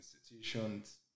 institutions